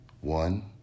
One